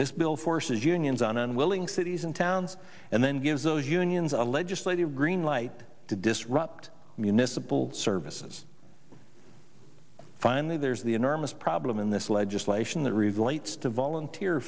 this bill forces unions on unwilling cities and towns and then gives those you indians a legislative greenlight to disrupt municipal services finally there's the enormous problem in this legislation the reason lights to volunteer